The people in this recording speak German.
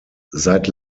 seit